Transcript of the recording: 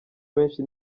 benshi